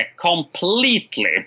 completely